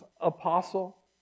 apostle